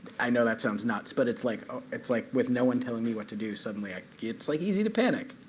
i know that sounds nuts. but it's like ah it's like with no one telling me what to do, suddenly it's like easy to panic,